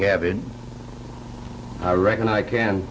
cabin i reckon i can